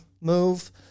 move